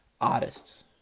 artists